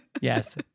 Yes